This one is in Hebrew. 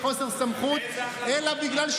וכאן, על מה מדובר?